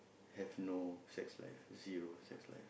have no sex life zero sex life